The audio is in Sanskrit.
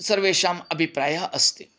सर्वेषाम् अभिप्रायः अस्ति